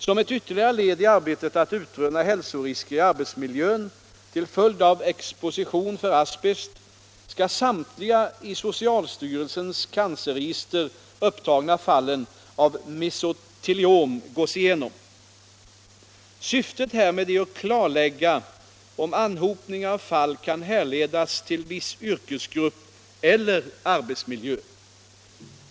Som ett ytterligare led i arbetet att utröna hälsorisker i arbetsmiljön till följd av exposition för asbest skall samtliga i socialstyrelsens cancerregister upptagna fall av mesoteliom gås igenom. Syftet härmed är att klarlägga om anhopningar av fall kan härledas till viss yrkesgrupp eller arbetsmiljö.